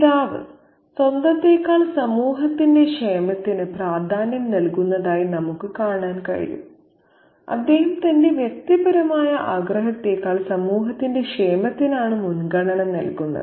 പിതാവ് സ്വന്തത്തെക്കാൾ സമൂഹത്തിന്റെ ക്ഷേമത്തിന് പ്രാധാന്യം നൽകുന്നതായി നമുക്ക് കാണാൻ കഴിയും അദ്ദേഹം തന്റെ വ്യക്തിപരമായ ആഗ്രഹത്തേക്കാൾ സമൂഹത്തിന്റെ ക്ഷേമത്തിനാണ് മുൻഗണന നൽകുന്നത്